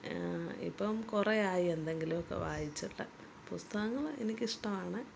ഇപ്പം കുറെയായി എന്തെങ്കിലും ഒക്കെ വായിച്ചിട്ട് പുസ്തകങ്ങൾ എനിക്ക് ഇഷ്ടവാണ്